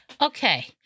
Okay